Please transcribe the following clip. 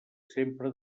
sempre